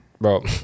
bro